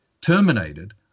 terminated